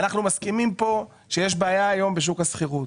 אנחנו מסכימים פה שיש בעיה היום בשוק השכירות.